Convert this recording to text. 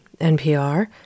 NPR